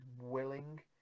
willing